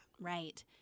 Right